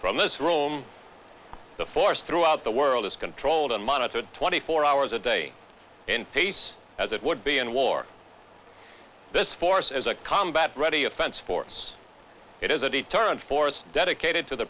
from this room the force throughout the world is controlled and monitored twenty four hours a day in face as it would be in war this force is a combat ready offense force it is a deterrent force dedicated to the